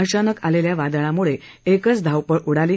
अचानक आलेल्या वादळामुळे एकच धावपळ उडाली